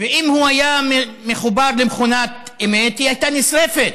ואם הוא היה מחובר למכונת אמת היא הייתה נשרפת,